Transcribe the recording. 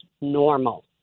normal